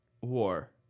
War